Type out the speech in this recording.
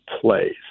plays